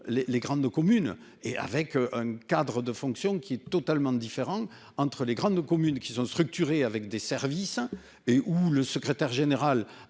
les grandes communes et avec un cadre de fonction qui est totalement différent entre les grandes communes qui sont structurés avec des services et où le secrétaire général,